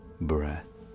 breath